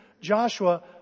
Joshua